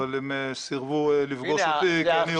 אבל הם סירבו לפגוש אותי כי אני אויב העם.